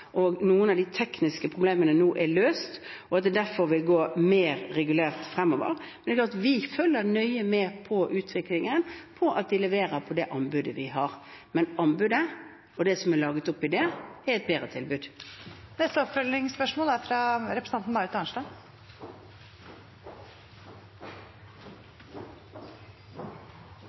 og noen av de tekniske problemene – er løst, og at det derfor vil gå mer regulert fremover. Men det er klart at vi følger nøye med på utviklingen og på at de leverer på det anbudet de har. Men anbudet og det det er lagt opp til der, er et bedre tilbud. Marit Arnstad – til oppfølgingsspørsmål.